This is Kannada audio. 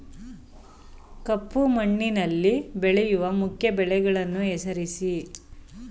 ಕಪ್ಪು ಮಣ್ಣಿನಲ್ಲಿ ಬೆಳೆಯುವ ಮುಖ್ಯ ಬೆಳೆಗಳನ್ನು ಹೆಸರಿಸಿ